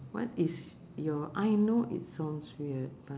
what is your I know it sounds weird but